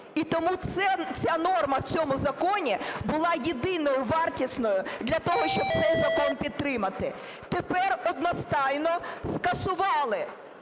і тому ця норма в цьому законі була єдиною вартісною для того, щоб цей закон підтримати. Тепер одностайно скасували